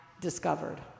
discovered